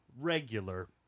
Regular